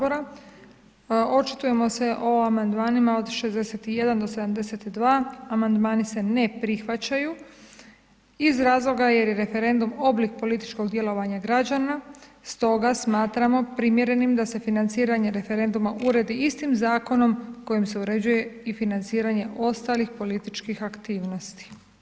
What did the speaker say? Očitujemo se o amandmanima od 61. do 72., amandmani se ne prihvaćaju iz razloga jer je referendum oblik političkog djelovanja građana, stoga smatramo primjerenim da se financiranje referenduma uredi istim zakonom kojim se uređuje i financiranje ostalih političkih aktivnosti.